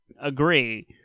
agree